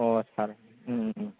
sir